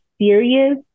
serious